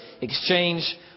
exchange